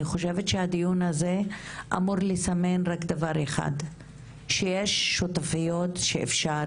אני חושבת שהדיון הזה אמור לסמן רק דבר אחד והוא שיש שותפויות שאפשר